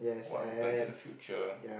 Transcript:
what happens in the future